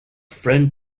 friend